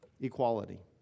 Equality